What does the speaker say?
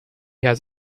has